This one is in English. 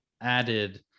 added